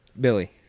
billy